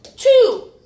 Two